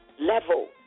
level